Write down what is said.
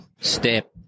step